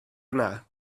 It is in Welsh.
yna